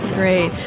great